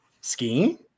Skiing